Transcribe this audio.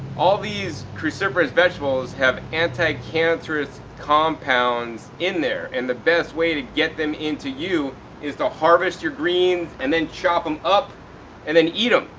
all these cruciferous vegetables have anti-cancerous compounds in there. and the best way to get them into you is to harvest your greens and then chop them up and then eat them.